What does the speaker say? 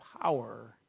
power